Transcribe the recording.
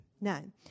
None